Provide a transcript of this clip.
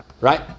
right